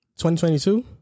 2022